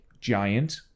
giant